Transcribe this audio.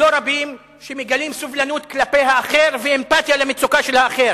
שמגלים סובלנות כלפי האחר ואמפתיה למצוקה של האחר.